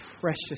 precious